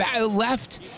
left